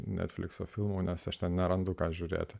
netflix filmo nes aš ten nerandu ką žiūrėti